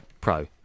pro